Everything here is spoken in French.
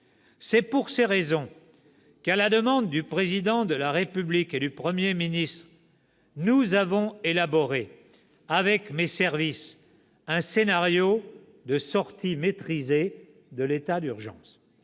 C'est pour ces raisons que, à la demande du Président de la République et du Premier ministre, nous avons élaboré avec mes services un scénario de sortie maîtrisée de l'état d'urgence.